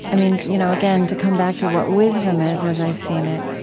i mean, you know again, to come back to what wisdom is, as i've seen it,